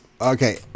Okay